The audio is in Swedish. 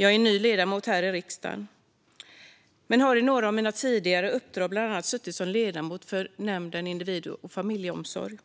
Jag är ny ledamot här i riksdagen men har i mina tidigare uppdrag bland annat suttit som ledamot i nämnd och utskott för individ och familjeomsorg